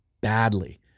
badly